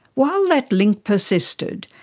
while that link persisted,